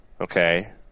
okay